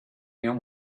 him